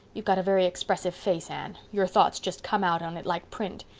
you've got a very expressive face, anne your thoughts just come out on it like print.